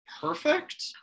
perfect